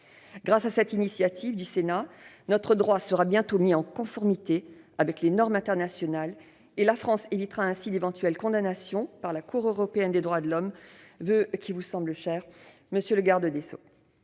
Grâce à cette initiative du Sénat, notre droit sera bientôt mis en conformité avec les normes internationales. La France évitera ainsi d'éventuelles condamnations par la Cour européenne des droits de l'homme, voeu qui vous semble cher, monsieur le garde des sceaux.